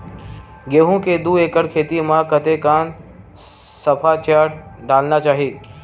गेहूं के दू एकड़ खेती म कतेकन सफाचट डालना चाहि?